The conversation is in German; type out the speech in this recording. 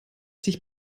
dich